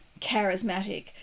charismatic